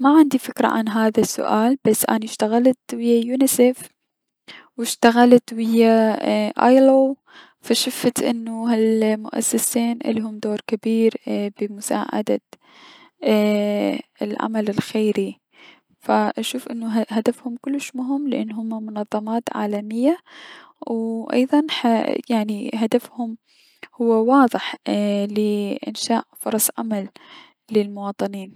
ما عندي فكرة عن هذا السؤال بس اني اشتغلت اي- ويا يونسيف و اشتغلت ويا اي ال او فشفت انو هلمؤسسين الهم دور كلش جبير بمساعدة العمل الخيري فأشوف انو هدفهم كلش مهم لأن هم منظمات عالمية و ايضا ح هدفهم هو واضح لأنشاء فرص عمل للمواطنين.